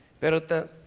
Pero